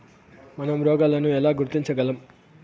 మనం రోగాలను ఎలా గుర్తించగలం?